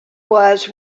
was